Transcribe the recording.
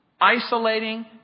Isolating